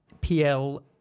PL